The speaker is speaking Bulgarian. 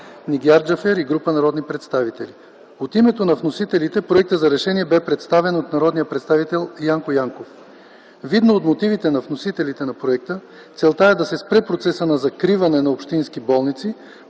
Нигяр Джафер и група народни представители. От името на вносителите проектът за решение бе представен от народния представител Янко Янков. Видно от мотивите на вносителите на проекта, целта е да се спре процесът на закриване на общински болници,